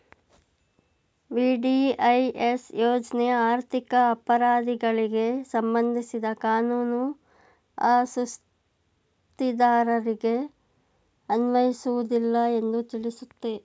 VDIS ಯೋಜ್ನ ಆರ್ಥಿಕ ಅಪರಾಧಿಗಳಿಗೆ ಸಂಬಂಧಿಸಿದ ಕಾನೂನು ಆ ಸುಸ್ತಿದಾರರಿಗೆ ಅನ್ವಯಿಸುವುದಿಲ್ಲ ಎಂದು ತಿಳಿಸುತ್ತೆ